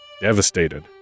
Devastated